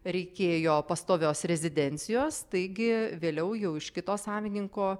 reikėjo pastovios rezidencijos taigi vėliau jau iš kito savininko